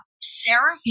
Sarah